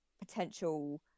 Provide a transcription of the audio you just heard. potential